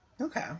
Okay